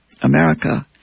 America